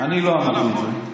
אני לא אמרתי את זה.